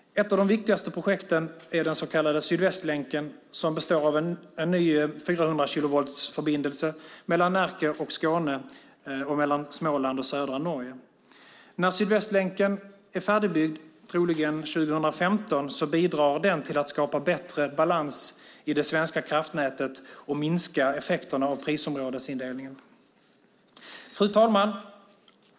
Ett av de viktigaste projekten är den så kallade sydvästlänken som består av en ny 400-kilovoltsförbindelse mellan Närke och Skåne och mellan Småland och södra Norge. När sydvästlänken är färdigbyggd, troligen 2015, bidrar den till att skapa bättre balans i det svenska kraftnätet och minska effekterna av prisområdesindelningen. Fru talman!